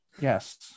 Yes